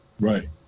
Right